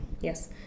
Yes